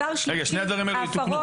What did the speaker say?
שני הדברים האלו יתוקנו.